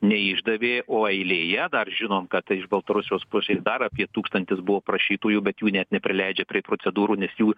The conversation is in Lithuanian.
neišdavė o eilėje dar žinom kad iš baltarusijos pusės dar apie tūkstantis buvo prašytojų bet jų net neprileidžia prie procedūrų nes jų